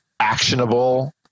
actionable